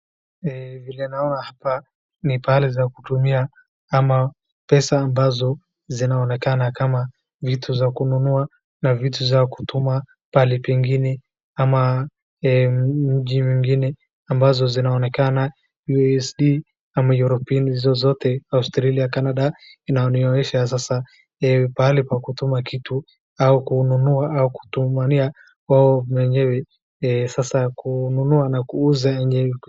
Vile naona hapa ni pahali pa kutumia ama pesa ambazo zinaonekana kama vitu za kununua na vitu za kutuma pahali pengine ama mji mwingine ambazo zinaonekana USD ama European hizo zote Australia, Canada inaonyesha sasa pahali pa kutuma kitu au kununua au kutumania wao mwenyewe, sasa kununua na kuuza.